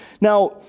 Now